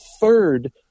third